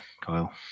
Kyle